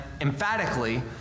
emphatically